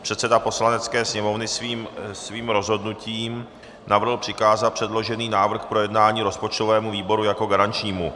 Předseda Poslanecké sněmovny svým rozhodnutím navrhl přikázat předložený návrh k projednání rozpočtovému výboru jako garančnímu.